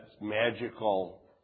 magical